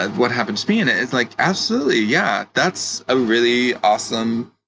what happened to me. and it's like, absolutely, yeah, that's a really awesome